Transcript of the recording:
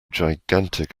gigantic